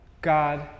God